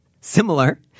similar